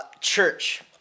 Church